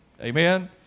Amen